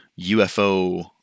UFO